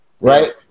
Right